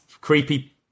Creepy